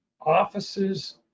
offices